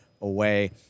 away